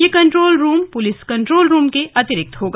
यह control room police control room के अतिरिक्त होगा